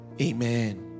Amen